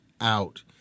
out